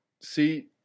see